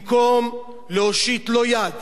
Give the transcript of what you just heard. במקום להושיט לו יד